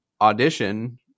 audition